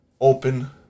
open